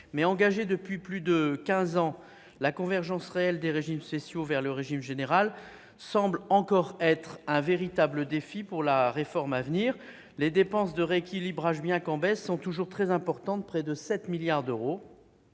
Engagée depuis plus de quinze ans, la convergence réelle des régimes spéciaux vers le régime général semble encore un véritable défi pour la réforme à venir. Les dépenses de rééquilibrage, bien qu'en baisse, sont toujours très élevées : elles représentent près de 7 milliards d'euros.